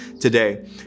today